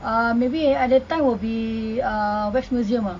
uh maybe at that time will be uh wax museum ah